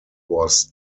was